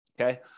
Okay